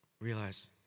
realize